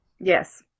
Yes